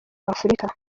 afurika